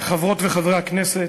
חברות וחברי הכנסת,